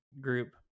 group